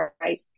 right